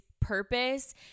purpose